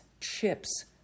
chips